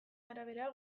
arabera